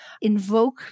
invoke